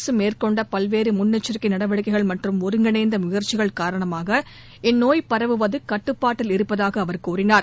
அரசு மேற்கொண்ட பல்வேறு முன்னெச்சிக்கை நடவடிக்கைகள் மற்றும் ஒருங்கிணைந்த முயற்சிகள் காரணமாக இந்நோய் பரவுவது கட்டுப்பாட்டில் இருப்பதாக அவர் கூறினார்